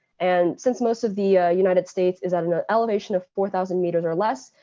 and since most of the united states is at an elevation of four thousand meters or less,